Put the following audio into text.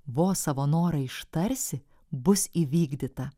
vos savo norą ištarsi bus įvykdyta